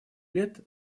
лет